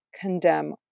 condemn